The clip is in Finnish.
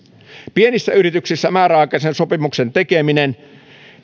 pienissä yrityksissä määräaikaisen sopimuksen tekeminen